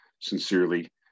sincerely